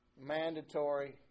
mandatory